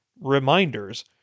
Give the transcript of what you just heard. reminders